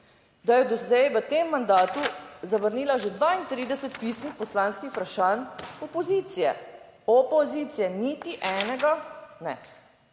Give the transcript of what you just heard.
da je do zdaj, v tem mandatu, zavrnila že 32 pisnih poslanskih vprašanj opozicije, opozicije, niti enega ne.